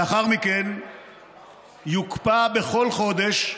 לאחר מכן יוקפא בכל חודש,